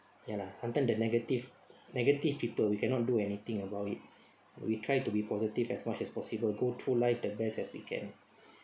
ya lah sometime the negative negative people we cannot do anything about it we try to be positive as much as possible go through life the best as we can